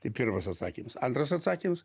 tai pirmas atsakymas antras atsakymas